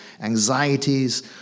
anxieties